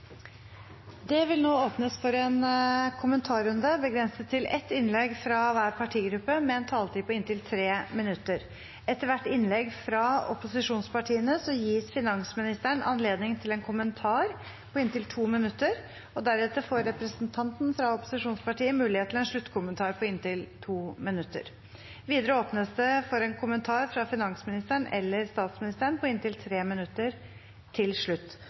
Det åpnes nå for en kommentarrunde, begrenset til ett innlegg fra hver partigruppe med en taletid på inntil 3 minutter. Etter hvert innlegg fra opposisjonspartiene gis finansministeren anledning til en kommentar på inntil 2 minutter. Deretter får representanten fra opposisjonspartiet mulighet til en sluttkommentar på inntil 2 minutter. Videre åpnes det for en kommentar fra finansministeren eller statsministeren på inntil 3 minutter til slutt.